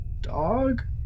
dog